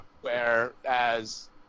Whereas